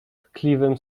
tkliwym